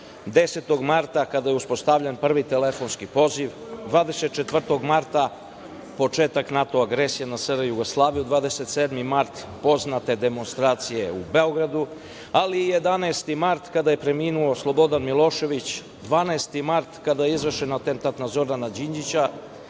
10. marta kada je uspostavljen prvi telefonski poziv, 24. marta početak NATO agresije na Jugoslaviju, 27. mart poznate demonstracije u Beogradu, ali 11. mart kada je preminuo Slobodan Milošević, 12. mart kada je izvršen atentat na Zorana Đinđića